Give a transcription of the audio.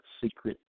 secret